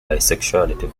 bisexuality